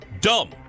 dumb